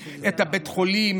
את בית החולים,